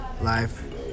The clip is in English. life